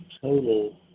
total